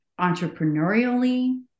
entrepreneurially